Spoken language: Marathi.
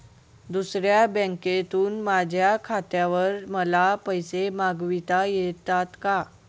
दुसऱ्या बँकेतून माझ्या खात्यावर मला पैसे मागविता येतात का?